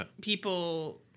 people